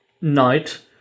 night